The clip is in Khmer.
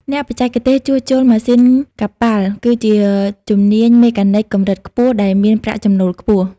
អ្នកបច្ចេកទេសជួសជុលម៉ាស៊ីនកប៉ាល់ គឺជាជំនាញមេកានិចកម្រិតខ្ពស់ដែលមានប្រាក់ចំណូលខ្ពស់។